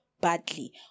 badly